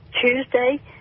Tuesday